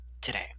today